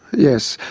yes.